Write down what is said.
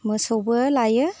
मोसौबो लायो